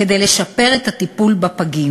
כדי לשפר את הטיפול בפגים.